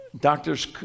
doctors